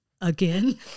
Again